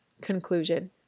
conclusion